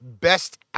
best